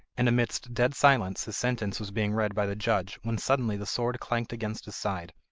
and amidst dead silence his sentence was being read by the judge when suddenly the sword clanked against his side.